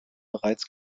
bereits